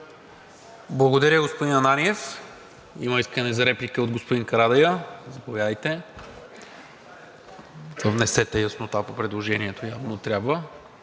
Благодаря, господин Ананиев. Има искане за реплика от господин Карадайъ. Заповядайте – внесете яснота по предложението, явно трябва